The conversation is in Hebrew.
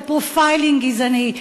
של profiling גזעני,